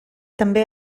també